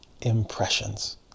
impressions